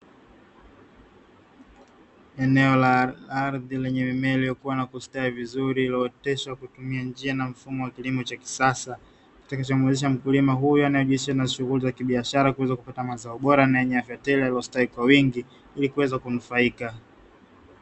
Eneo la ardhi yenye mimea iliyokua na kustawi vizuri iliyoteshwa kwa kutumia njia na mfumo wa kilimo cha kisasa, kinacho muwezesha mkulima huyo anayejishughulisha na shughuli za kibiashara, kuweza kupata mazao bora na yenye afya tele yanayostawi kwa wingi ili kuweza kunufaika.